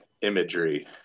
imagery